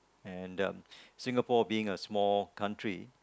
and um Singapore being a small country